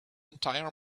entire